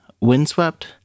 Windswept